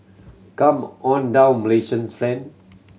come on down Malaysians friend